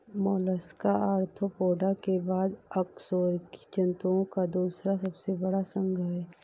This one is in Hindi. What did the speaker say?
मोलस्का आर्थ्रोपोडा के बाद अकशेरुकी जंतुओं का दूसरा सबसे बड़ा संघ है